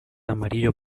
amarillo